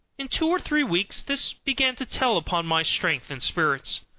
in two or three weeks this began to tell upon my strength and spirits.